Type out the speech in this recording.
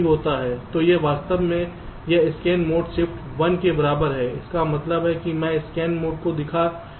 तो यह वास्तव में यह स्कैन मोड शिफ्ट 1 के बराबर है इसका मतलब है कि मैं स्कैन मोड को देख रहा हूं